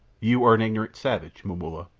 you are an ignorant savage, momulla,